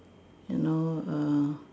you know err